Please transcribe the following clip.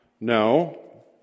No